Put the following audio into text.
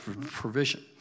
provision